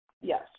Yes